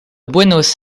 buenos